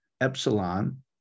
epsilon